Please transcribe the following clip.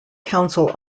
council